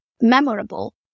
memorable